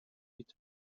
gitarre